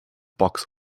box